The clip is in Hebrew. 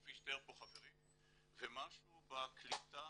כפי שתיאר פה חברי, ומשהו בקליטה